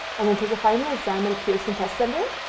and then take a final exam at a pearson test center.